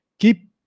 Keep